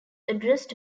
addressed